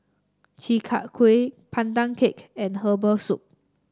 Chi Kak Kuih Pandan Cake and Herbal Soup